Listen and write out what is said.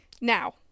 Now